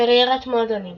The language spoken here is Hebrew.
קריירת מועדונים